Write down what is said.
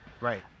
Right